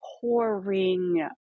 pouring